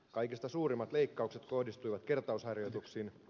kaikista suurimmat leikkaukset kohdistuivat kertausharjoituksiin